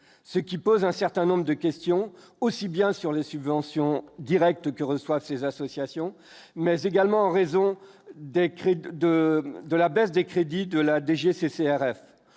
ce qui pose un certain nombre de questions aussi bien sur les subventions directes que reçoivent ces associations, mais également en raison d'un crédit de de la baisse des crédits de la DGCCRF,